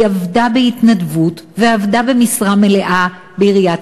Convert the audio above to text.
היא עבדה בהתנדבות ועבדה במשרה מלאה בעיריית